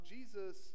Jesus